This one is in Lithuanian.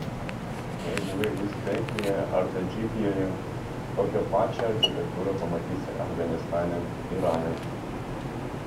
jei buvai uzbekijoje ar tadžikijoje tokią pačią architektūrą pamatysi afganistane irane